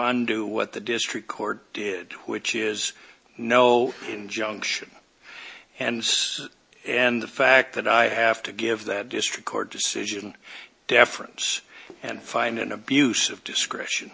on do what the district court did which is no injunction and and the fact that i have to give that district court decision deference and find an abuse of discretion